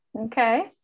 okay